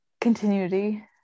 continuity